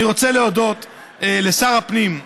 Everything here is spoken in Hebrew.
אני רוצה להודות לשר הפנים,